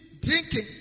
drinking